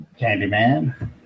Candyman